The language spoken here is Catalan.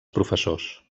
professors